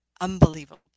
unbelievable